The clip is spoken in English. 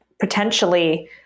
potentially